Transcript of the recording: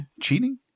Cheating